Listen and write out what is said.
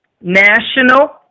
national